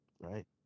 right